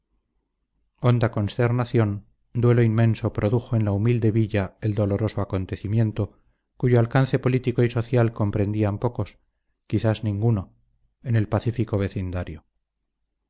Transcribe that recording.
honda consternación duelo inmenso produjo en la humilde villa el doloroso acontecimiento cuyo alcance político y social comprendían pocos quizás ninguno en el pacífico vecindario